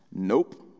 Nope